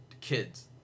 kids